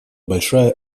большая